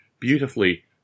beautifully